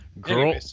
Girl